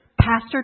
pastor